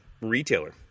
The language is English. retailer